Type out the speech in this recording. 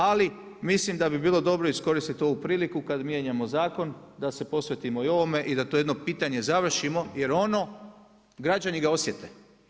Ali mislim da bi bilo dobro iskoristiti ovu priliku kada mijenjamo zakon da se posvetimo i ovome i da to jedno pitanje završimo jer ono, građani ga osjete.